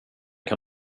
kan